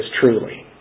truly